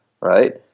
Right